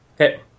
Okay